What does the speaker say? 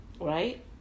Right